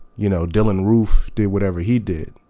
you know, dylann roof did whatever he did.